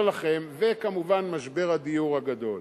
וכמובן משבר הדיור הגדול.